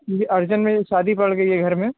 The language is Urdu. جی ارجنٹ میں یہ شادی پڑ گئی ہے گھر میں